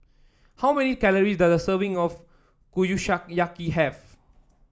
how many calories does a serving of Kushiyaki have